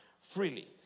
freely